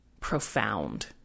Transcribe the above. profound